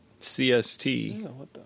CST